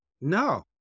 no